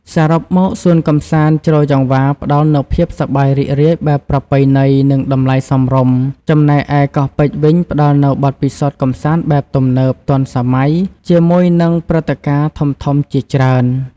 សរុបមក សួនកម្សាន្តជ្រោយចង្វារផ្ដល់នូវភាពសប្បាយរីករាយបែបប្រពៃណី និងតម្លៃសមរម្យ ចំណែកឯកោះពេជ្រវិញផ្ដល់នូវបទពិសោធន៍កម្សាន្តបែបទំនើប ទាន់សម័យ ជាមួយនឹងព្រឹត្តិការណ៍ធំៗជាច្រើន។